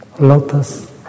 lotus